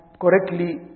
correctly